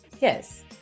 yes